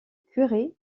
curé